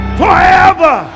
forever